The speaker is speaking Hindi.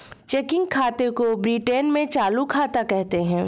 चेकिंग खाते को ब्रिटैन में चालू खाता कहते हैं